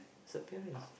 disappearance